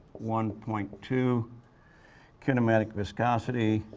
one point two kinematic viscosity,